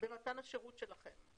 במתן השירות שלכם.